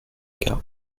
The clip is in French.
cas